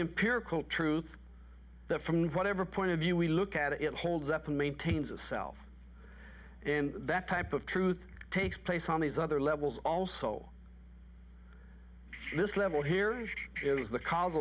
imperial truth from whatever point of view we look at it holds up and maintains a self in that type of truth takes place on these other levels also this level here is the c